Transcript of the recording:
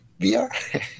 VR